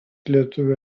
lietuvių